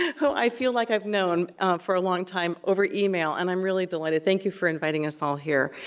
who i feel like i've known for a long time over email and i'm really delighted. thank you for inviting us all here.